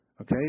Okay